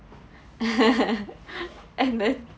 and then